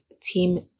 Team